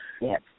Yes